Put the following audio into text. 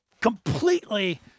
completely